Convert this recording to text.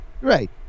Right